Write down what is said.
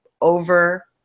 over